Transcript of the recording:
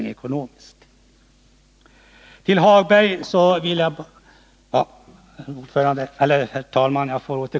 Jag får återkomma till Lars-Ove Hagbergs synpunkter.